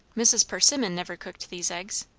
mrs. persimmon never cooked these eggs.